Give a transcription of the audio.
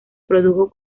produjo